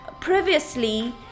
previously